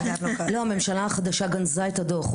הממשלה החדשה גנזה את הדוח.